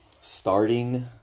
starting